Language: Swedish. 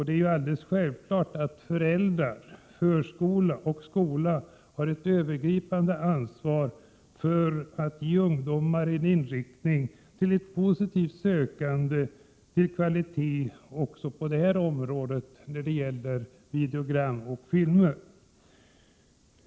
Det är alldeles självklart att föräldrar, förskola och skola har ett övergripande ansvar för att inrikta ungdomar mot ett positivt sökande efter kvalitet också när det gäller videogram och filmer.